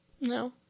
No